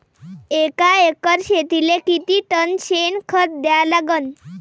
एका एकर शेतीले किती टन शेन खत द्या लागन?